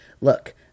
look